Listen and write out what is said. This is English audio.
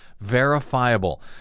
verifiable